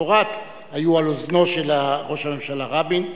פורת היו על אוזנו של ראש הממשלה רבין,